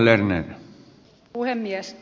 arvoisa puhemies